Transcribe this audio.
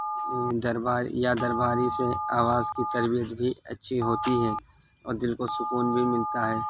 دربار یا درباری سے آواز کی تربیت بھی اچھی ہوتی ہے اور دل کو سکون بھی ملتا ہے